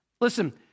Listen